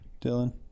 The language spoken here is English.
Dylan